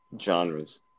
genres